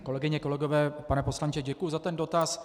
Kolegyně, kolegové, pane poslanče, děkuji za ten dotaz.